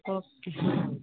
okay